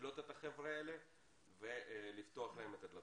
לקלוט את החבר'ה האלה ולפתוח להם את הדלתות.